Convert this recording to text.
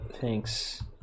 Thanks